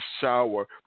shower